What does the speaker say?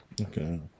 okay